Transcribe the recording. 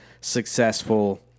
successful